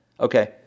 Okay